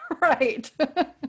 Right